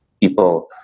people